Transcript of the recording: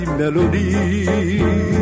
melody